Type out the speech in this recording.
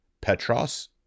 Petros